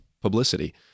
publicity